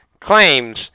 claims